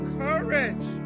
courage